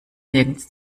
nirgends